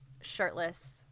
shirtless